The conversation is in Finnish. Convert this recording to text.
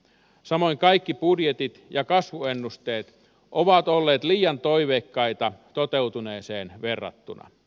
samoin kaikki budjetit ja kasvuennusteet ovat olleet liian toiveikkaita toteutuneeseen verrattuna